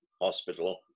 hospital